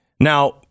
Now